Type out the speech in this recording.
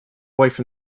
wife